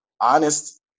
honest